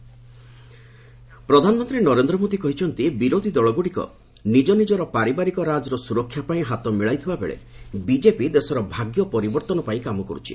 PM opposition ପ୍ରଧାନମନ୍ତ୍ରୀ ନରେନ୍ଦ୍ର ମୋଦି କହିଛନ୍ତି ବିରୋଧ୍ୟ ଦଳଗ୍ରଡ଼ିକ ନିଜ ନିଜର ପାରିବାରିକ ରାଜ୍ର ସୁରକ୍ଷା ପାଇଁ ହାତ ମିଳାଉଥିବାବେଳେ ବିଜେପି ଦେଶର ଭାଗ୍ୟ ପରିବର୍ତ୍ତନପାଇଁ କାମ କରୁଛି